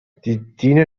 دین